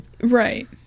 right